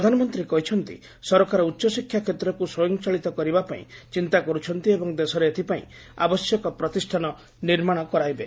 ପ୍ରଧାନମନ୍ତ୍ରୀ କହିଛନ୍ତି ସରକାର ଉଚ୍ଚ ଶିକ୍ଷା କ୍ଷେତ୍କକୁ ସ୍ୱୟଂଚାଳିତ କରିବା ପାଇଁ ଚିନ୍ତା କରୁଛନ୍ତି ଏବଂ ଦେଶରେ ଏଥିପାଇଁ ଆବଶ୍ୟକ ପ୍ରତିଷ୍ଠାନ ନିର୍ମାଣ କରାଇବେ